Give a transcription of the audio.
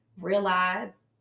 realize